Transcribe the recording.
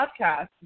podcast